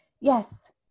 yes